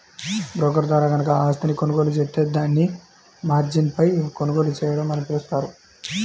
broker ద్వారా గనక ఆస్తిని కొనుగోలు జేత్తే దాన్ని మార్జిన్పై కొనుగోలు చేయడం అని పిలుస్తారు